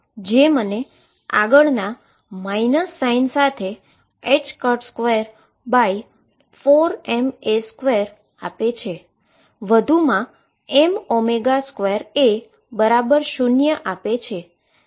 જે મને આગળના માઇનસ સાઇન સાથે 24ma3 આપે છે અને વધુમા m2a0 આપે છે